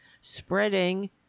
spreading